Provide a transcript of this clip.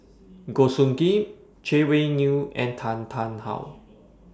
Goh Soo Khim Chay Weng Yew and Tan Tarn How